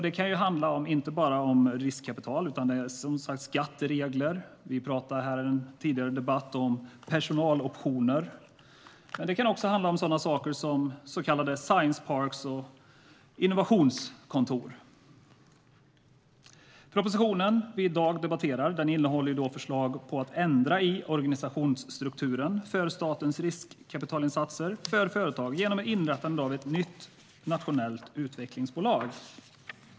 Det behöver inte bara handla om riskkapital utan kan till exempel handla om skatteregler - vi talade i en tidigare debatt om personaloptioner. Det kan också handla om sådana saker som så kallade science parks och innovationskontor. Propositionen vi i dag debatterar innehåller förslag om att ändra i organisationsstrukturen för statens riskkapitalinsatser för företag genom inrättande av ett nytt nationellt utvecklingsbolag.